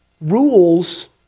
rules